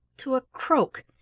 to a croak,